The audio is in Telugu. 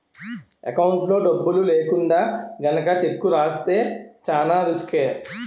ఎకౌంట్లో డబ్బులు లేకుండా గనక చెక్కు రాస్తే చానా రిసుకే